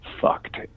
fucked